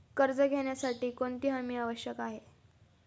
कर्ज घेण्यासाठी कोणती हमी आवश्यक आहे?